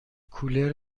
کولر